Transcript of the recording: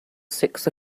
six